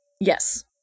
Yes